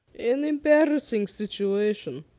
an embarassing situation,